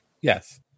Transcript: Yes